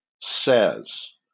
says